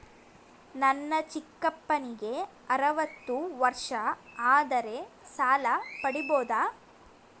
ನನ್ನ ಚಿಕ್ಕಪ್ಪನಿಗೆ ಅರವತ್ತು ವರ್ಷ ಆದರೆ ಸಾಲ ಪಡಿಬೋದ?